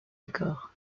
accord